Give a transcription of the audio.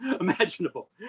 imaginable